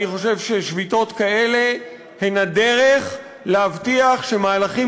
אני חושב ששביתות כאלה הן הדרך להבטיח שמהלכים